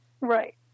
right